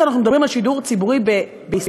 כשאנחנו מדברים על שידור ציבורי בישראל,